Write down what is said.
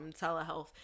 telehealth